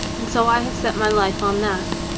and so i have set my life on that.